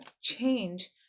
change